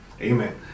amen